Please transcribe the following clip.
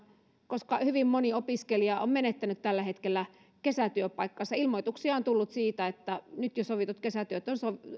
koska hyvin moni opiskelija on menettänyt tällä hetkellä kesätyöpaikkaansa ilmoituksia on tullut siitä että nyt jo sovitut kesätyöt on